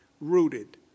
rooted